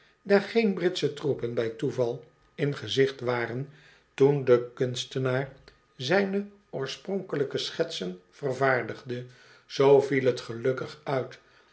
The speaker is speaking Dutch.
daar geen britsche troepen bij toeval in gezicht waren toen de kunstenaar zijne oorspronkelijke schetsen vervaardigde zoo viel t gelukkig uit